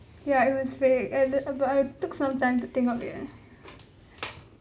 ya it was fake uh but I took some time to think of it